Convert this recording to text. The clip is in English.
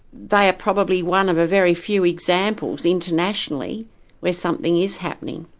they are probably one of a very few examples internationally where something is happening.